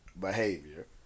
behavior